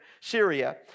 Syria